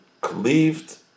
cleaved